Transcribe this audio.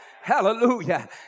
Hallelujah